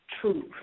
truth